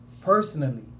personally